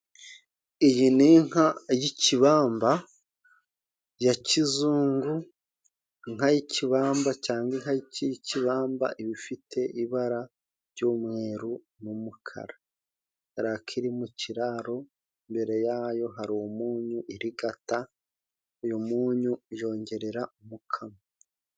Iyi ni inka y'ikibamba ya kizungu，inka y'ikibamba cyangwa inka cy'ikibamba， iba ifite ibara ry'umweru n’umukara，kubera ko iri mu kiraro， imbere yayo hari umunyu irigata， uyumunyu uyongerera umukamo.